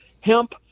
hemp